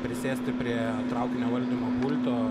prisėsti prie traukinio valdymo pulto